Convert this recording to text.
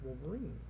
Wolverine